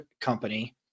company